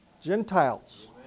Gentiles